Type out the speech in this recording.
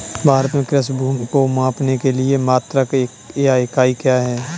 भारत में कृषि भूमि को मापने के लिए मात्रक या इकाई क्या है?